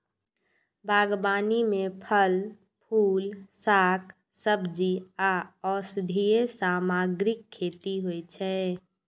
बागबानी मे फल, फूल, शाक, सब्जी आ औषधीय सामग्रीक खेती होइ छै